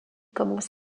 commence